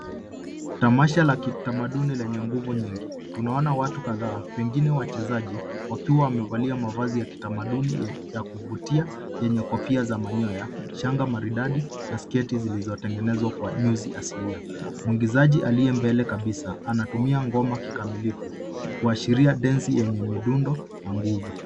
Tamasha la kitamaduni lenye nguvu nyingi, tunaona watu kadhaa, pengine wachezaji, wakiwa wamevalia mavazi ya kitamaduni ya kuvutia yenye kofia za manyoya, shanga maridadi na sketi zilizotengenezwa kwa nyuzi asilia. Muigizaji aliye mbele kabisa, anatumia ngoma kikamilifu, kuashiria densi yenye midundo na nguvu.